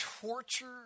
torture